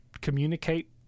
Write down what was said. communicate